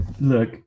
Look